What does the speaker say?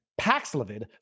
Paxlovid